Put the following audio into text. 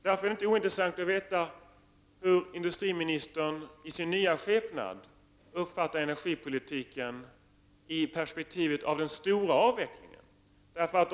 Därför är det inte ointressant att veta hur den nye industriministern uppfattar energipolitiken i perspektiv av den stora avvecklingen.